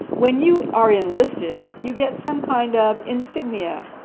when you are enlisted you get some kind of insignia.